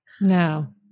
No